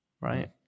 right